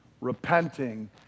repenting